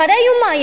אחרי יומיים,